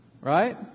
right